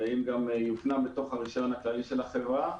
ואם גם יופנם בתוך הרישיון הכללי של החברה,